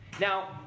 Now